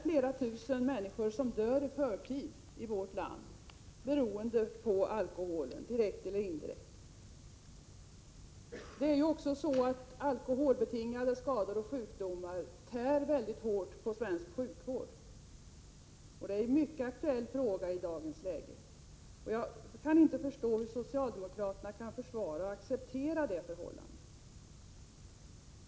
Flera tusen människor i vårt land dör i förtid direkt eller indirekt till följd av alkoholbruk. Alkoholbetingade skador och sjukdomar tär också hårt på svensk sjukvård. Det är en mycket aktuell fråga i dag. Jag kan inte förstå hur socialdemokraterna kan försvara och acceptera det förhållandet.